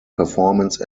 performance